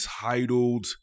titled